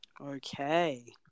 Okay